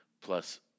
Plus